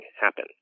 happen